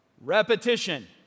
repetition